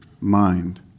mind